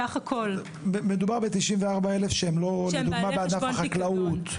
מדובר ב-94,000 שהם לא לדוגמה בענף החקלאות.